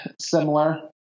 similar